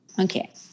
Okay